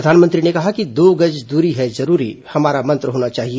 प्रधानमंत्री ने कहा कि दो गज दूरी है जरूरी हमारा मंत्र होना चाहिए